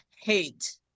hate